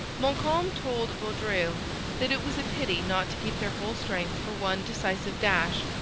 montcalm told vaudreuil that it was a pity not to keep their whole strength for one decisive dash,